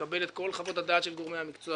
לקבל את כל חוות הדעת של גורמי המקצוע